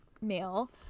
male